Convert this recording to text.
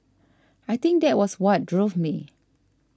I think that was what drove me